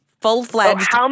full-fledged